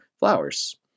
flowers